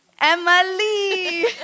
Emily